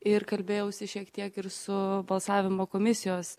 ir kalbėjausi šiek tiek ir su balsavimo komisijos